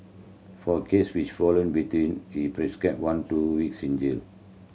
for case which fall in between he prescribed one to weeks in jail